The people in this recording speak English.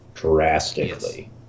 drastically